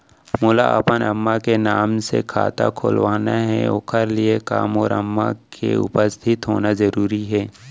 मोला अपन अम्मा के नाम से खाता खोलवाना हे ओखर लिए का मोर अम्मा के उपस्थित होना जरूरी हे?